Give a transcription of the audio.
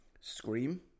scream